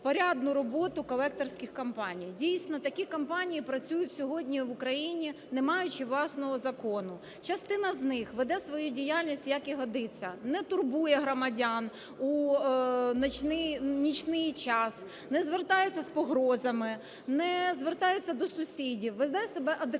порядну роботу колекторських компаній. Дійсно, такі компанії працюють сьогодні в Україні, не маючи власного закону. Частина з них веде свою діяльність, як і годиться: не турбує громадян у нічний час, не звертаються з погрозами, не звертаються до сусідів, ведуть себе адекватно,